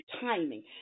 timing